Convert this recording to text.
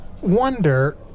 wonder